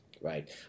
Right